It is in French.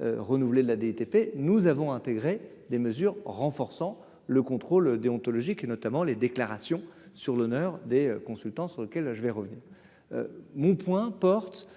renouvelé la DTP nous avons intégré des mesures renforçant le contrôle déontologique et notamment les déclarations sur l'honneur des consultants sur lequel je vais revenir mon point porte